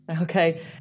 Okay